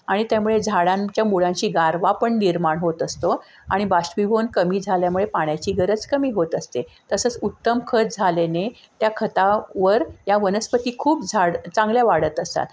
आणि त्यामुळे झाडांच्या मुळांशी गारवा पण निर्माण होत असतो आणि बाष्पीभवन कमी झाल्यामुळे पाण्याची गरज कमी होत असते तसंच उत्तम खत झाल्याने त्या खतावर या वनस्पती खूप झाड चांगल्या वाढत असतात